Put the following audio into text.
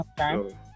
Okay